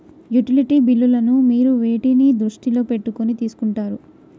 Utility బిల్లులను మీరు వేటిని దృష్టిలో పెట్టుకొని తీసుకుంటారు?